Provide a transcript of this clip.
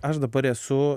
aš dabar esu